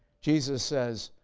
jesus says,